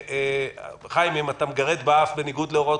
זה היה דיון